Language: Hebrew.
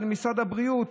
של משרד הבריאות.